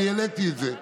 אני העליתי את זה,